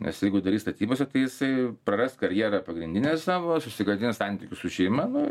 nes jeigu darys statybose tai jisai praras karjerą pagrindinę savo susigadins santykius su šeima nu